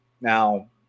Now